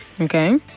Okay